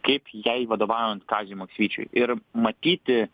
kaip jai vadovaujant kaziui maksvyčiui ir matyti